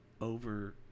over